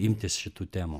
imtis šitų temų